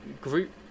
group